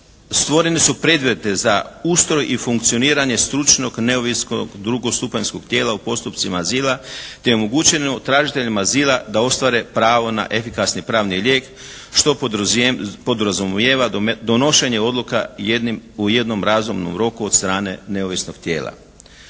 stvoreni su preduvjeti za ustroj i funkcioniranje stručnog i neovisnog drugostupanjskog tijela u postupcima azila, te je omogućeno tražiteljima azila da ostvare pravo na efikasni pravni lijek što podrazumijeva donošenje odluka u jednom razumnom roku od strane neovisnog tijela.